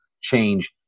change